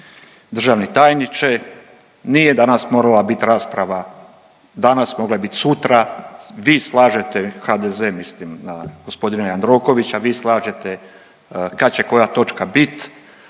državni tajniče. Nije danas morala bit rasprava danas mogla je bit sutra, vi slažete HDZ mislim na g. Jandrokovića vi slažete kad će koja točka bit,